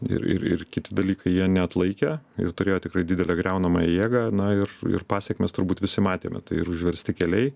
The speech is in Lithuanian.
ir ir ir kiti dalykai jie neatlaikė ir turėjo tikrai didelę griaunamąją jėgą na ir ir pasekmes turbūt visi matėme tai ir užversti keliai